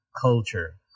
culture